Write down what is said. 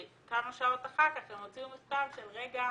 וכמה שעות אחר כך הם הוציאו מכתב של רגע,